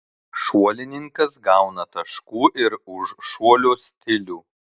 šuolininkas gauna taškų ir už šuolio stilių